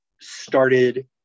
started